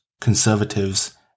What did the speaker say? conservatives